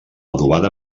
adobada